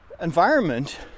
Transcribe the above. environment